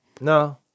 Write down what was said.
No